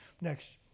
Next